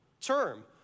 term